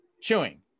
chewing